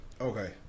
okay